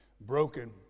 broken